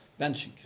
benching